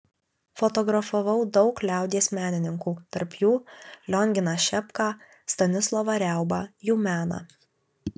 fotografavau daug liaudies menininkų tarp jų lionginą šepką stanislovą riaubą jų meną